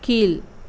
கீழ்